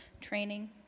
training